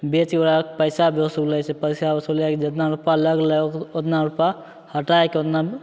बेचिके ओकरा पैसा भी ओसुलै छै पैसा ओसुलेके जितना रूपा लगलै ओतना रूपा हटाए कऽ ओतना